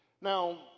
Now